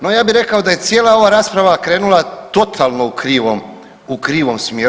No, ja bih rekao da je cijela ova rasprava krenula totalno u krivom smjeru.